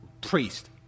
priest